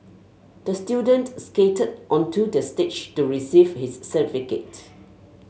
the student skated onto the stage to receive his certificate